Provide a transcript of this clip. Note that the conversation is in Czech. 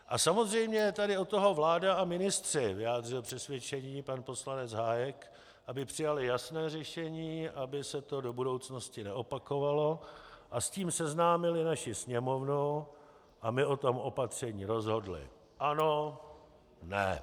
A samozřejmě je tady od toho vláda a ministři, vyjádřil přesvědčení pan poslanec Hájek, aby přijali jasné řešení, aby se to do budoucnosti neopakovalo, a s tím seznámili naši Sněmovnu a my o tom opatření rozhodli ano ne.